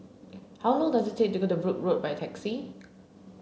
how long does it take to get to Brooke Road by taxi